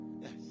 Yes